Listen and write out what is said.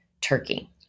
Turkey